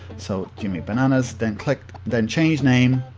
so, jimmy bananas, then click, then change name.